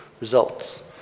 results